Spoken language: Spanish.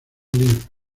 live